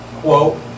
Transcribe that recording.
quote